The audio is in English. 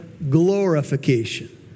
glorification